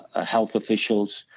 ah health officials,